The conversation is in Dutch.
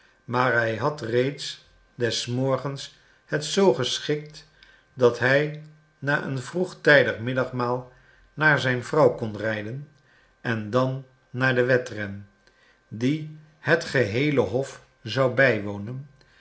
maar hij had reeds des morgens het zoo geschikt dat hij na een vroegtijdig middagmaal naar zijn vrouw kon rijden en dan naar den wedren dien het geheele hof zou bijwonen